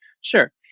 Sure